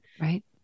Right